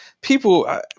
People